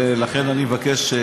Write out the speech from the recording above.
ולכן אני מבקש,